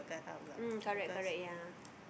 mm correct correct ya